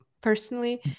personally